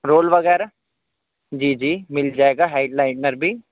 role وغیرہ جی جی مل جائے گا ہائڈ لائنر بھی